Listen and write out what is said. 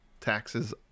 Taxes